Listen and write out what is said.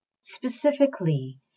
Specifically